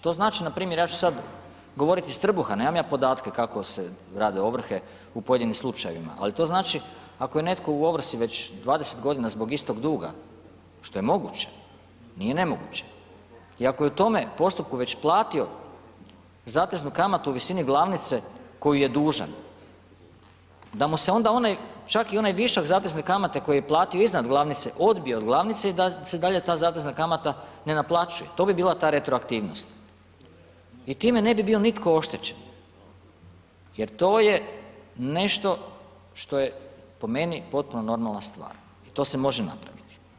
To znači npr., ja ću sad govoriti iz trbuha, nemam ja podatke kako se rade ovrhe u pojedinim slučajevima, ali to znači ako je netko u ovrsi već 20 g. zbog istog duga, što je moguće, nije nemoguće i ako je u tome postupku već platio zateznu kamatu u visini glavnice koju je dužan, da mu se onda čak i onaj višak zatezne kamate koju je platio iznad glavnice odbije od glavnice i da se dalje ta zatezna kamata ne naplaćuje, to bi bila ta retroaktivnost i time ne bi bio nitko oštećen jer to je nešto što je po meni potpuno normalna stvar i to se može napraviti.